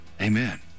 Amen